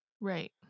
Right